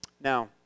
Now